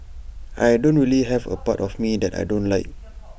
I don't really have A part of me that I don't like